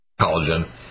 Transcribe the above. Collagen